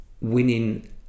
winning